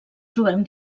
trobem